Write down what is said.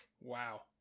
Wow